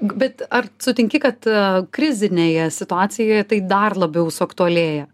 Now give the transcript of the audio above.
bet ar sutinki kad krizinėje situacijoje tai dar labiau suaktualėja